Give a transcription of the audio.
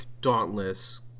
Dauntless